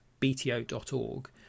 bto.org